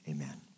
Amen